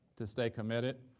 to stay committed.